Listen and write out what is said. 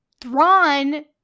Thrawn